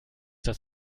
das